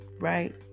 right